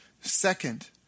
Second